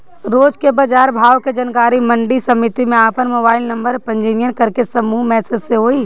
रोज के बाजार भाव के जानकारी मंडी समिति में आपन मोबाइल नंबर पंजीयन करके समूह मैसेज से होई?